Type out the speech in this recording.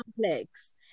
complex